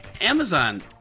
Amazon